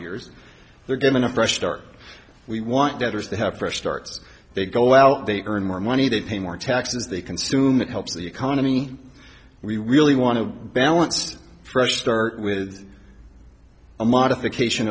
years they're given a fresh start we want debtors to have fresh starts they go out they earn more money they pay more taxes they consume it helps the economy we really want to balanced fresh start with a modification